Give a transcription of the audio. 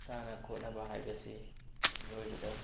ꯁꯥꯟꯅ ꯈꯣꯠꯅꯕ ꯍꯥꯏꯕꯁꯤ ꯃꯤꯑꯣꯏꯕꯗ